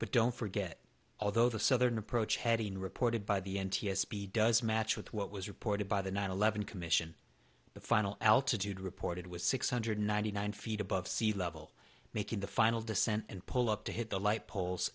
but don't forget although the southern approach heading reported by the n t s b does match with what was reported by the nine eleven commission the final altitude reported was six hundred ninety nine feet above sea level making the final descent and pull up to hit the light poles